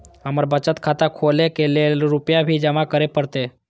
हमर बचत खाता खोले के लेल रूपया भी जमा करे परते?